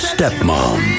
Stepmom